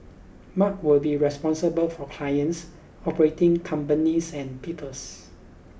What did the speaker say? Mark will be responsible for clients operating companies and peoples